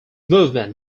movement